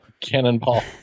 Cannonball